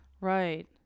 Right